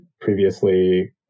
previously